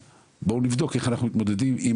ולבקש שיבואו לבדוק איך אנחנו מתמודדים עם